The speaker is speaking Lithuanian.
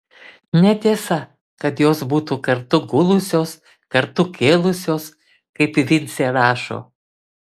netiesa kad jos būtų kartu gulusios kartu kėlusios kaip vincė rašo